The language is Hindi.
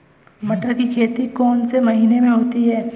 मटर की खेती कौन से महीने में होती है?